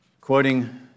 Quoting